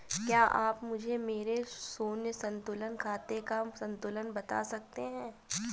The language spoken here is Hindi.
क्या आप मुझे मेरे शून्य संतुलन खाते का संतुलन बता सकते हैं?